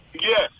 Yes